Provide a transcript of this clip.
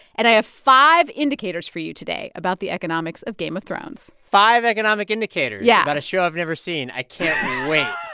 and i have five indicators for you today about the economics of game of thrones. five economic indicators. yeah. about a show i've never seen. i can't wait